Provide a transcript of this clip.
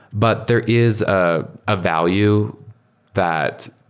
but there is a ah value that